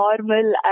normal